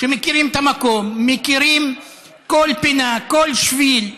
שמכירים את המקום, מכירים כל פינה, כל שביל,